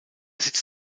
sitz